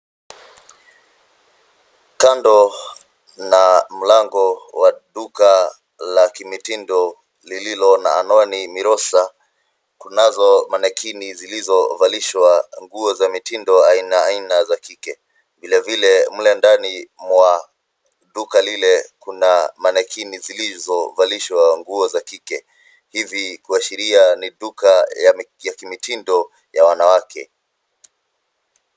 Kando na mlango wa duka la kimitindo lililo na anwani Mirosa, kunazo manikini zilizovalishwa nguo aina aina za kike. Vilevile mle ndani mwa duka lile, kuna manikini zilizovalishwa nguo za kike, kuashiria ni duka la kimitindo ya wanawake.